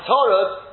Torah